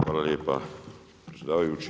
Hvala lijepa predsjedavajući.